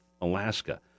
Alaska